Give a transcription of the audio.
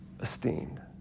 esteemed